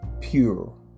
Pure